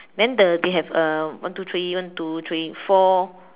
then the we have a one two three one two three four